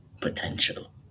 potential